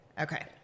Okay